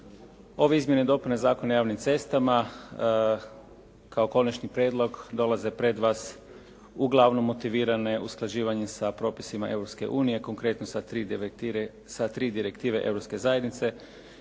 Ove izmjene i dopune Zakona o javnim cestama kao konačni prijedlog dolaze do vas uglavnom motivirane usklađivanje sa propisima Europske unije, konkretno sa tri direktive Europske zajednice